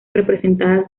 representadas